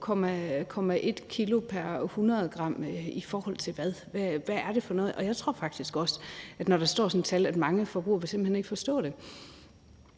2,1 kg pr. 100 g – i forhold til hvad? Hvad er det for noget? Jeg tror faktisk også, at når der står sådan et tal, vil mange forbrugere simpelt hen ikke forstå det.